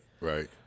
right